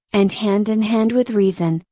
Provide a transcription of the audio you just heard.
and hand in hand with reason,